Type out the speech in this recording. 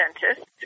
dentist